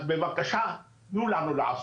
אז בבקשה תתנו לנו לעשות.